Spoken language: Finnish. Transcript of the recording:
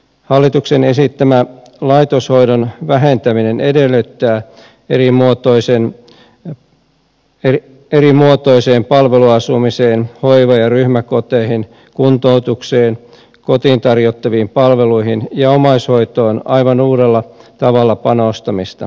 hallituksen esittämä laitoshoidon vähentäminen edellyttää erimuotoiseen palveluasumiseen hoiva ja ryhmäkoteihin kuntoutukseen kotiin tarjottaviin palveluihin ja omaishoitoon aivan uudella tavalla panostamista